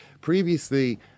previously